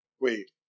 Wait